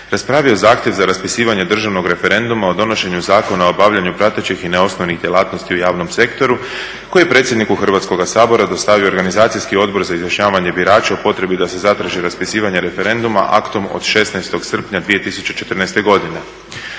raspravio je zahtjev za raspisivanje državnog referenduma o donošenju Zakona o obavljanju pratećih i neosnovnih djelatnosti u javnom sektoru koji je predsjedniku Hrvatskoga sabora dostavio organizacijski odbor za izjašnjavanje birača o potrebi da se zatraži raspisivanje referenduma aktom od 16. srpnja 2014. godine.